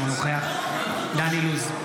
אינו נוכח דן אילוז,